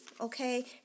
okay